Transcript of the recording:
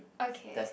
okay